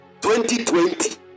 2020